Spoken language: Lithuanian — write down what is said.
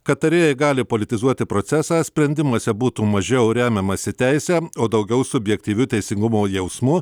kad tarėjai gali politizuoti procesą sprendimuose būtų mažiau remiamasi teise o daugiau subjektyviu teisingumo jausmu